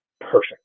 perfect